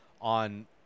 on